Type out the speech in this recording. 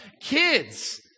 Kids